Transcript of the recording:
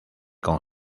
con